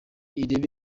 irebe